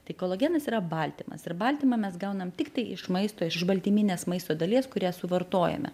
tai kolagenas yra baltymas ir baltymą mes gaunam tiktai iš maisto iš baltyminės maisto dalies kurią suvartojame